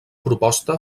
proposta